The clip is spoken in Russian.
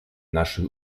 нашей